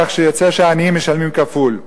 כך שיוצא שהעניים משלמים כפול.